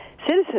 citizens